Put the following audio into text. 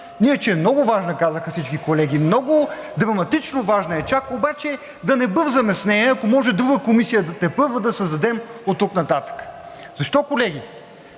Иначе е много важна, казаха всички колеги. Много драматично, важна е чак, обаче да не бързаме с нея, ако може друга комисия тепърва да създадем оттук нататък. Защо колеги?